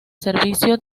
servicio